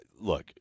look